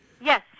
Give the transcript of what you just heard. Yes